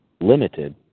limited